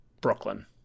Brooklyn